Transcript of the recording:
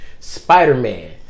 Spider-Man